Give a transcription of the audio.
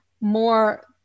more